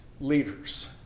leaders